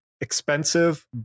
expensive